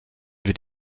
wird